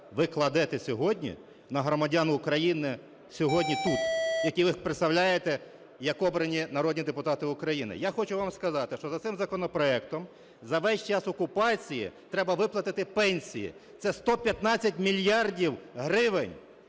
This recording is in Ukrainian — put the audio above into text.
ви кладете сьогодні на громадян України сьогодні тут, яких ви представляєте як обрані народні депутати України. Я хочу вам сказати, що за цим законопроектом за весь час окупації треба виплатити пенсії, це 115 мільярдів гривень.